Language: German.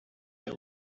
der